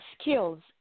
skills